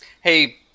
Hey